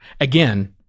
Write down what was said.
Again